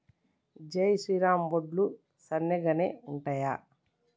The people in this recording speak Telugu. జై శ్రీరామ్ వడ్లు సన్నగనె ఉంటయా?